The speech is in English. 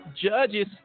judges